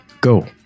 Go